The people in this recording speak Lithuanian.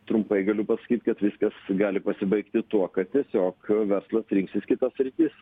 trumpai galiu pasakyt kad viskas gali pasibaigti tuo kad tiesiog verslas rinksis kitas sritis